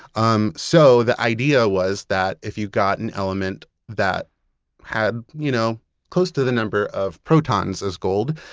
um so the idea was that if you got an element that had you know close to the number of protons as gold,